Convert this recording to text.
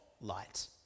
light